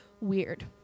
weird